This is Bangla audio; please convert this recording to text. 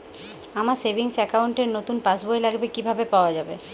আমার সেভিংস অ্যাকাউন্ট র নতুন পাসবই লাগবে কিভাবে পাওয়া যাবে?